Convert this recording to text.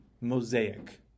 mosaic